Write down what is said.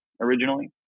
originally